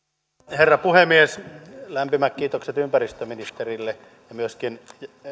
herra puhemies lämpimät kiitokset ympäristöministerille ja myöskin